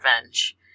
revenge